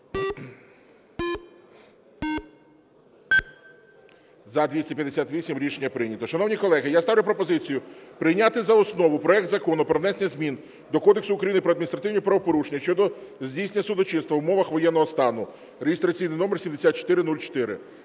За-258 Рішення прийнято. Шановні колеги, я ставлю пропозицію прийняти за основу проект Закону про внесення змін до Кодексу України про адміністративні правопорушення щодо здійснення судочинства в умовах воєнного стану (реєстраційний номер 7404).